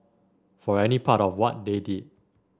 for any part of what they did